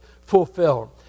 fulfilled